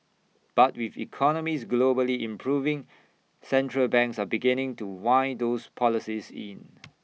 but with economies globally improving central banks are beginning to wind those policies in